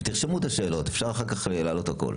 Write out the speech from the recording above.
תרשמו את השאלות, אפשר אחר כך להעלות את הכול.